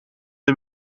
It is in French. des